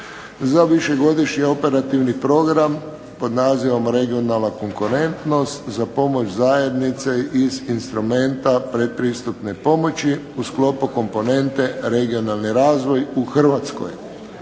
za višegodišnji operativni program "Regionalna konkurentnost" za pomoć zajednice iz instrumenata pretpristupne pomoći u sklopu komponente "Regionalni razvoj" u Hrvatskoj,